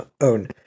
own